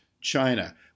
China